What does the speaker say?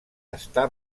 està